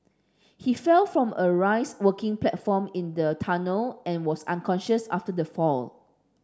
he fell from a raised working platform in the tunnel and was unconscious after the fall